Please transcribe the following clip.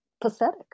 pathetic